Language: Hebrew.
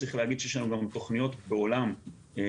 וצריך להגיד שיש לנו גם תכניות בעולם הלואו-טק,